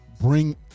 bring